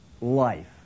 life